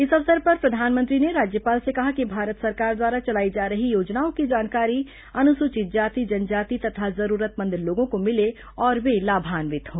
इस अवसर पर प्रधानमंत्री ने राज्यपाल से कहा कि भारत सरकार द्वारा चलाई जा रही योजनाओं की जानकारी अनुसूचित जाति जनजाति तथा जरूरतमंद लोगों को मिलें और वे लाभान्वित हों